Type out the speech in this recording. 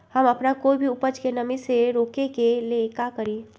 हम अपना कोई भी उपज के नमी से रोके के ले का करी?